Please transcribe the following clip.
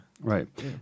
Right